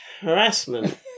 harassment